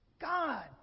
God